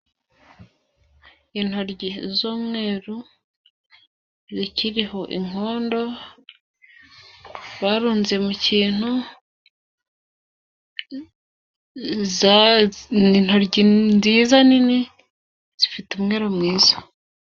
Intoryi z'umweru, zikiriho inkondo, barunze mu kintu, ni intoryi nziza nini, zifite umwera mwiza.